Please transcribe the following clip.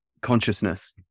consciousness